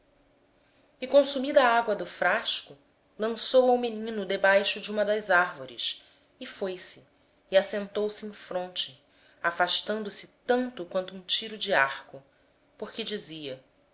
e consumida a água do odre agar deitou o menino debaixo de um dos arbustos e foi assentar-se em frente dele a boa distância como a de um tiro de arco porque dizia